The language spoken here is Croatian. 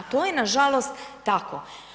A to je nažalost tako.